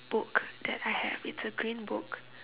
book that I have it's a green book